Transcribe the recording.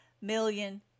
million